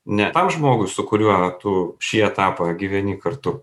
ne tam žmogui su kuriuo tu šį etapą gyveni kartu